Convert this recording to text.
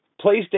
PlayStation